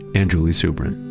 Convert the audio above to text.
and julie subrin.